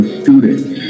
students